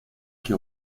que